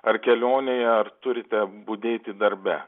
ar kelionėje ar turite budėti darbe